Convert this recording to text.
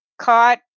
caught